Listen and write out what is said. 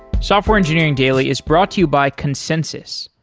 software engineering daily is brought to you by consensys.